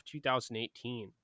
2018